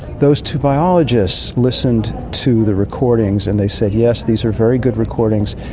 those two biologists listened to the recordings and they said yes, these are very good recordings.